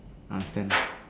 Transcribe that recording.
understand